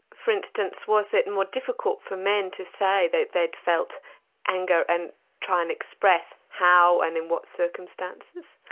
for instance was it more difficult for men to say that they'd felt anger and try and express how and in what circumstances.